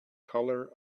colour